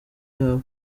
yawe